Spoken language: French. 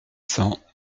cents